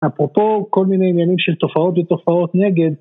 אפרופו כל מיני עניינים של תופעות ותופעות נגד